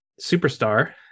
superstar